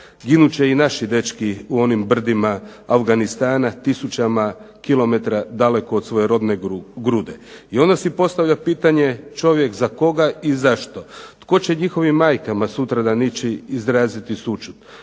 Ginut će i naši dečki u onim brdima Afganistana tisućama kilometara daleko od svoje rodne grude, i onda si postavlja pitanje čovjek za koga i zašto? Tko će njihovim majkama sutradan ići izraziti sućut?